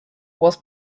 was